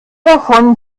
davon